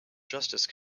justice